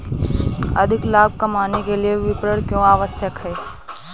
अधिक लाभ कमाने के लिए विपणन क्यो आवश्यक है?